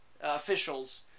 officials